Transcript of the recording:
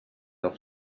els